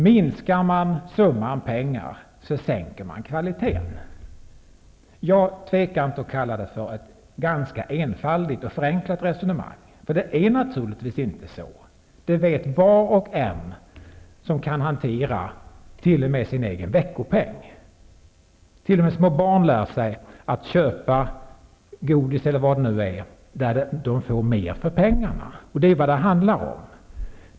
Minskar man summan pengar, sänker man kvaliteten, heter det. Jag tvekar inte att kalla det för ett ganska enfaldigt och förenklat resonemang, för det är naturligtvis inte så -- det vet var och en som kan hantera exempelvis sin egen veckopeng. T.o.m. små barn lär sig att köpa godis eller vad det nu är där de får mer för pengarna, och det är vad det handlar om.